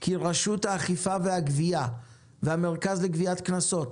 כי רשות האכיפה והגבייה והמרכז לגביית קנסות